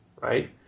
right